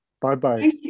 Bye-bye